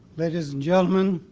ladies and gentlemen,